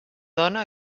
dona